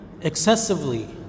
excessively